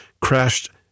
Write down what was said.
crashed